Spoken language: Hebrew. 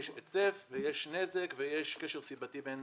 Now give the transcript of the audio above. היצף ויש נזק ויש קשר סיבתי בין